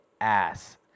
ass